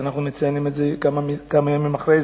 בבקשה.